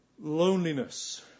loneliness